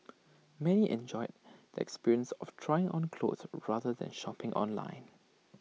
many enjoyed the experience of trying on clothes rather than shopping online